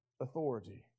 authority